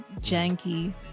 janky